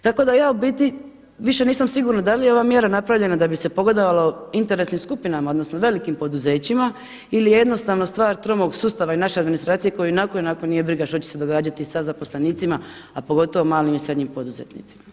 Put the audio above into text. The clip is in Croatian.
Tako da ja u biti više nisam sigurna da li je ova mjera napravljena da bi se pogodovalo interesnim skupinama, odnosno velikim poduzećima ili je jednostavno stvar tromog sustava i naše administracije koju ionako i onako nije briga što će se događati sa zaposlenicima, a pogotovo malim i srednjim poduzetnicima.